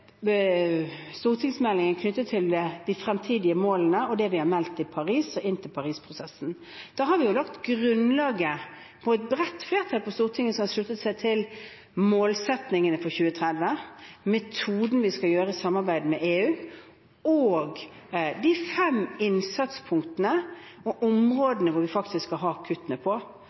stortingsmeldingen knyttet til de fremtidige målene og det vi har meldt inn til Paris og Paris-prosessen. Da har vi lagt grunnlaget gjennom et bredt flertall på Stortinget som har sluttet seg til målsettingene for 2030, metoden vi skal gjøre samarbeidet med EU på, og de fem innsatspunktene og områdene vi faktisk skal ha kuttene på.